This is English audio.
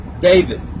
David